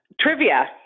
Trivia